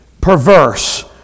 perverse